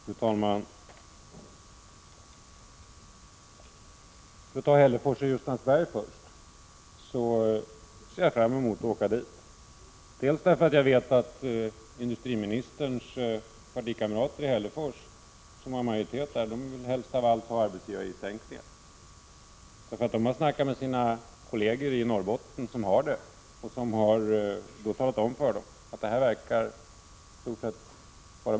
Fru talman! För att ta Hällefors och Ljusnarsberg först ser jag fram emot att åka dit. Jag vet att industriministerns partikamrater i Hällefors, som har majoritet där, helst av allt vill ha en sänkning av arbetsgivaravgifterna. De har talat med sina kolleger i Norrbotten som har fått en sådan och har talat om för dem att det är bara bra.